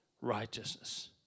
righteousness